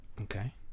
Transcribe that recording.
Okay